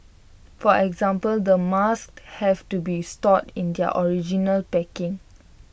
for example the masks have to be stored in their original packaging